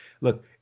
Look